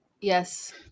Yes